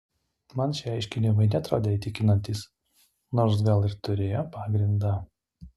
man šie aiškinimai neatrodė įtikinantys nors gal ir turėjo pagrindą